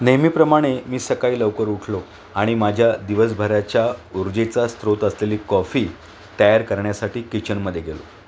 नेहमीप्रमाणे मी सकाळी लवकर उठलो आणि माझ्या दिवसभराच्या ऊर्जेचा स्त्रोत असलेली कॉफी तयार करण्यासाठी किचनमध्ये गेलो